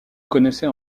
connaissait